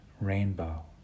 rainbow